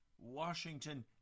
Washington